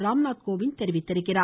ராம்நாத் கோவிந் தெரிவித்துள்ளார்